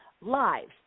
lives